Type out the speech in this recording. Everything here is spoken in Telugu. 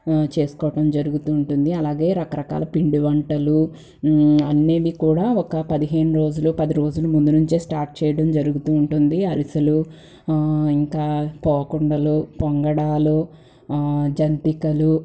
చేసుకోవటం జరుగుతూ ఉంటుంది అలాగే రకరకాల పిండి వంటలు అన్నీ కూడా ఒక పదిహేను రోజులు పది రోజులు ముందు నుంచే స్టార్ట్ చేయడం జరుగుతూ ఉంటుంది అరిసెలు ఇంకా పోకుండలు పొంగడాలు జంతికలు